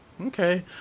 okay